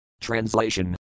Translation